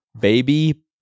baby